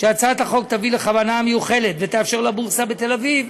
שהצעת החוק תביא לכוונה המיוחלת ותאפשר לבורסה בתל-אביב